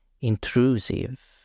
intrusive